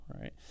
right